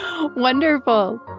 Wonderful